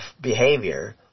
behavior